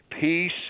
Peace